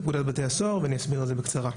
בפקודת בתי הסוהר, ואני אסביר על זה בקצרה.